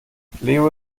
leo